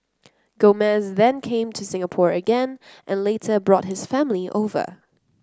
Gomez then came to Singapore again and later brought his family over